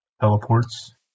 teleports